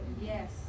Yes